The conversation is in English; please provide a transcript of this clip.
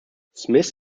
smith